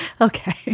Okay